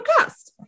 podcast